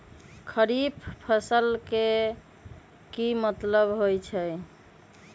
खरीफ फसल के की मतलब होइ छइ?